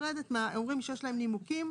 אומרים שיש להם נימוקים.